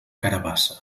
carabassa